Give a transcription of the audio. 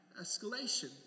escalation